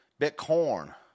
Bitcoin